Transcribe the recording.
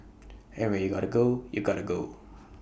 and when you gotta go you gotta go